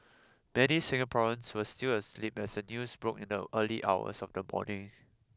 many Singaporeans were still asleep as the news broke in the early hours of the morning